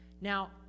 Now